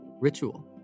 ritual